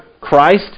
Christ